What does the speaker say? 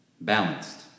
balanced